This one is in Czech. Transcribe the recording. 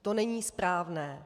To není správně.